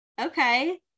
okay